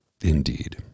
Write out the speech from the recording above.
Indeed